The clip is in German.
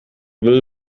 will